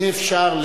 אי-אפשר,